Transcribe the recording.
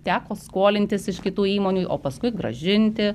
teko skolintis iš kitų įmonių o paskui grąžinti